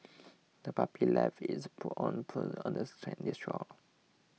the puppy left its paw prints on the sandy shore